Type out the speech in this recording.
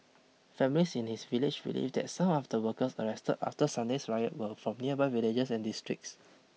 families in his village believe that some of the workers arrested after Sunday's riot were from nearby villages and districts